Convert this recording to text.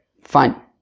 fine